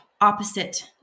opposite